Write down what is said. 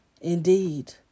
Indeed